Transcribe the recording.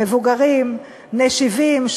מבוגרים בני 70,